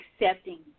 accepting